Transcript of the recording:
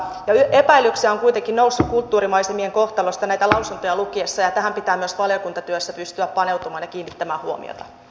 epäilyksiä on kuitenkin noussut kulttuurimaisemien kohtalosta näitä lausuntoja lukiessa ja tähän pitää myös valiokuntatyössä pystyä paneutumaan ja kiinnittämään huomiota